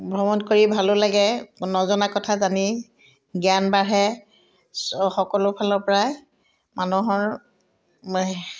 ভ্ৰমণ কৰি ভালো লাগে নজনা কথা জানি জ্ঞান বাঢ়ে সকলো ফালৰপৰাই মানুহৰ